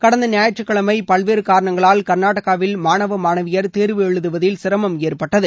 கடந்த ஞாயிற்றக்கிழமை பல்வேறு காரணங்களால் கர்நாடகாவில் மாணவ மாணவியர் தேர்வு எழுதுவதில் சிரமம் ஏற்பட்டது